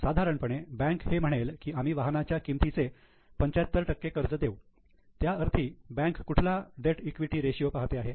साधारणपणे बँक हे म्हणेल की आम्ही वाहनाच्या किमतीचे 75 कर्ज देऊ त्या अर्थी बँक कुठला डेट ईक्विटी रेशियो पाहत आहे